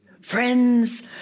Friends